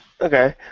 Okay